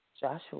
Joshua